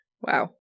Wow